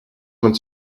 man